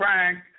Frank